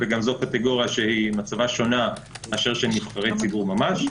וגם זו קטגוריה שונה מאשר נבחרי ציבור ממש.